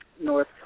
North